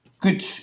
Good